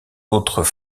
autres